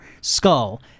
skull